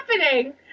happening